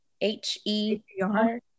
H-E-R